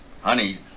honey